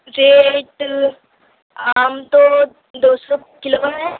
جی rate آم تو دو سو کلو ہے